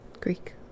Greek